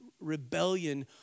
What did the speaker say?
rebellion